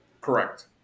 Correct